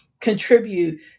contribute